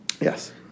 Yes